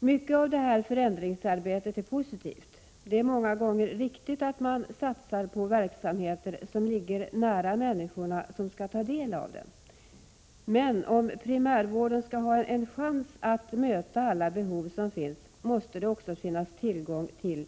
Mycket av det här förändringsarbetet är positivt. Det är riktigt att satsa på verksamheter som ligger nära de människor som berörs av dem. Men om primärvården skall ha en chans att möta alla behov måste det finnas tillgång till